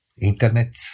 internet